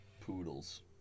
poodles